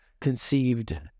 conceived